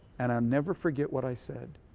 and i'll never forget what i said.